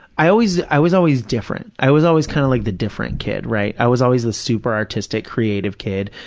i always, i was always different. i was always kind of like the different kid, right. i was always the super-artistic, creative kid.